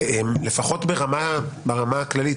לפחות ברמה הכללית,